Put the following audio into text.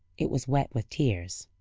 it was wet with tears.